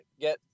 get